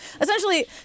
essentially